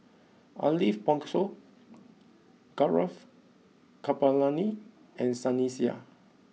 Ariff Bongso Gaurav Kripalani and Sunny Sia